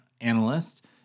analyst